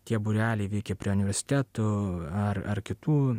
tie būreliai veikė prie universitetų ar ar kitų